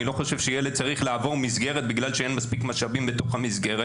אני לא חושב שילד צריך לעבור מסגרת בגלל שאין מספיק משאבים בתוך המסגרת.